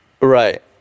Right